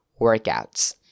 workouts